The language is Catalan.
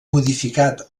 modificat